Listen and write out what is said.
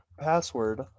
password